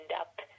up